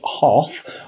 half